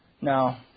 Now